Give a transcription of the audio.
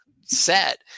set